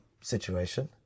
situation